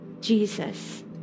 Jesus